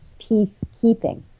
peacekeeping